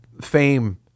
fame